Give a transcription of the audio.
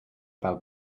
val